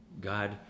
God